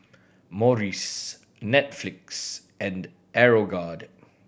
Morries Netflix and Aeroguard